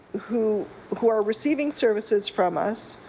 who who are receiving services from us,